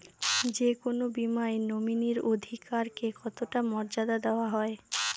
যে কোনো বীমায় নমিনীর অধিকার কে কতটা মর্যাদা দেওয়া হয়?